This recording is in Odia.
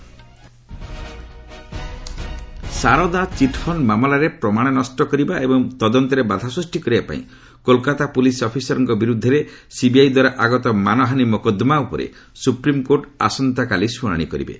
ଏସ୍ସି ସିବିଆଇ ଶାରଦା ଚିଟ୍ଫଶ୍ଡ ମାମଲାରେ ପ୍ରମାଣ ନଷ୍ଟ କରିବା ଏବଂ ତଦନ୍ତରେ ବାଧା ସୃଷ୍ଟି କରିବା ପାଇଁ କୋଲ୍କାତା ପୁଲିସ୍ ଅଫିସରଙ୍କ ବିରୁଦ୍ଧରେ ସିବିଆଇ ଦ୍ୱାରା ଆଗତ ମାନହାନୀ ମୋକଦ୍ଦମା ଉପରେ ସୁପ୍ରିମ୍କୋର୍ଟ ଆସନ୍ତାକାଲି ଶୁଣାଣି କରିବେ